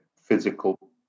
physical